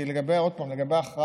כי לגבי ההכרעה,